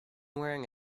wearing